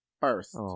first